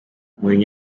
mourinho